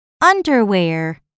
Underwear